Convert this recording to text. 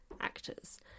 actors